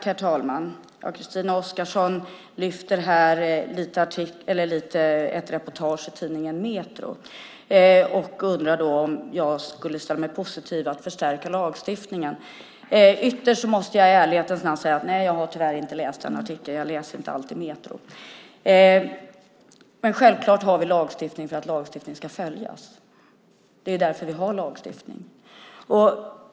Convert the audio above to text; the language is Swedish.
Herr talman! Christina Oskarsson lyfter här ett reportage i tidningen Metro och undrar om jag skulle ställa mig positiv till att förstärka lagstiftningen. Jag måste i ärlighetens namn säga att jag tyvärr inte har läst den artikeln. Jag läser inte alltid Metro. Men självklart har vi lagstiftning för att lagstiftning ska följas. Det är därför vi har lagstiftning.